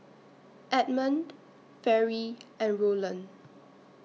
Edmund Fairy and Roland